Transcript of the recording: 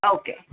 ஆ okay